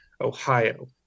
Ohio